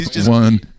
one